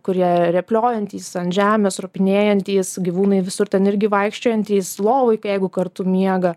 kurie rėpliojantys ant žemės ropinėjantys gyvūnai visur ten irgi vaikščiojantys lovoj tai jeigu kartu miega